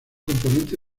componente